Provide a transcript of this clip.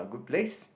good place